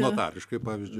notariškai pavyzdžiui